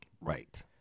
Right